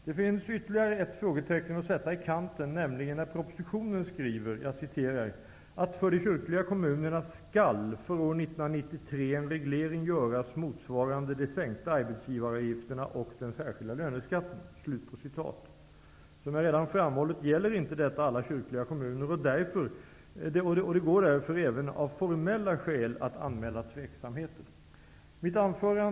Det finns ytterligare ett frågetecken att sätta i kanten, nämligen när det i propositionen framhålls en reglering göras motsvarande de sänkta arbetsgivareavgifterna och den särskilda löneskatten''. Som jag redan framhållit gäller inte detta alla kyrkliga kommuner, och det går därför även av formella skäl att anmäla tveksamheter. Herr talman!